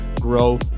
grow